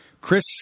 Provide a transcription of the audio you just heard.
Chris